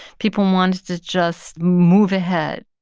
people wanted to just move ahead.